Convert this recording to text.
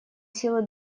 силы